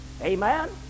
Amen